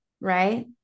right